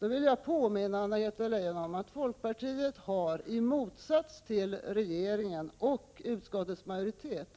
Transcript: Jag vill då påminna Anna-Greta Leijon om att folkpartiet i motsats till regeringen och utskottets majoritet